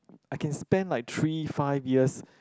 I can spend like three five years